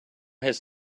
his